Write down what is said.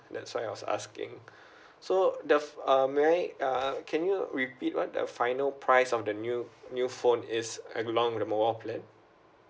that's why I was asking so the um may I uh can you repeat what the final price of the new new phone is along the mobile plan